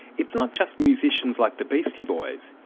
it's not just musicians like the beastie boys,